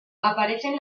aparecen